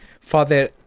Father